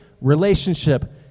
Relationship